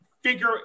figure –